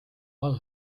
all